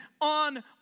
on